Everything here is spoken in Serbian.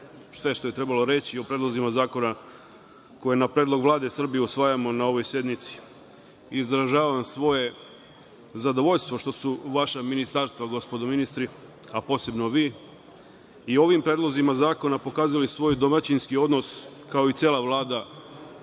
sve što je trebalo reći o predlozima zakona koje, na predlog Vlade Srbije, usvajamo na ovoj sednici. Izražavam svoje zadovoljstvo što su vaša ministarstva, gospodo ministri, a posebno vi, i ovim predlozima zakona pokazali svoj domaćinski odnos, kao i cela Vlada,